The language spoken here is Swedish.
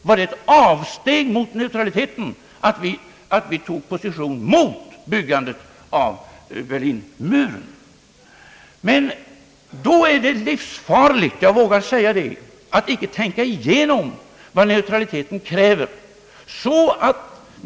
Var det ett avsteg mot neutralitetspolitiken att vi intog en position mot byggandet av Berlinmuren? Det är livsfarligt — jag vågar säga det — att icke tänka igenom vad neutraliteten kräver.